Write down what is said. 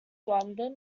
london